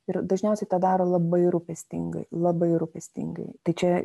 ir dažniausiai tą daro labai rūpestingai labai rūpestingai tai čia